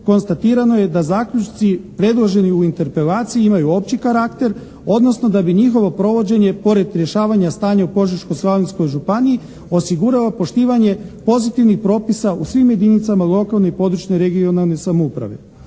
konstatirano je da zaključci predloženi u interpelaciji imaju opći karakter, odnosno da bi njihovo provođenje pored rješavanja stanja u Požeško-slavonskoj županiji osigurao poštivanje pozitivnih propisa u svim jedinicama lokalne i područne (regionalne) samouprave.